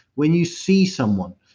when you see someone,